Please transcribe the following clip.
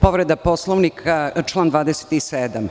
Povreda Poslovnika član 27.